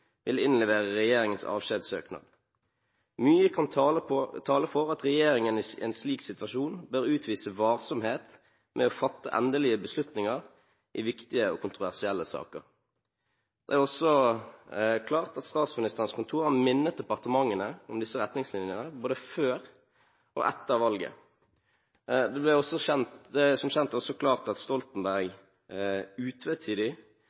vil innlevere regjeringens avskjedssøknad. Mye kan tale for at regjeringen i en slik situasjon bør utvise varsomhet med å fatte endelige beslutninger i viktige og kontroversielle saker.» Det er også klart at Statsministerens kontor har minnet departementene om disse retningslinjene både før og etter valget. Det er som kjent også klart at Stoltenberg